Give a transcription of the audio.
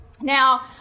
Now